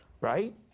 right